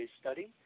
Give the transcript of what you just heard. study